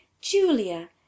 julia